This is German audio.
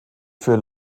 für